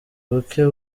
buke